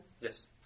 Yes